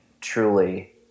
truly